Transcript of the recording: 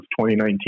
2019